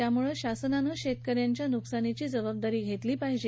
त्यामुळे शासनाने शेतकऱ्यांच्या नुकसानीची जबाबदारी घेतली पाहिजे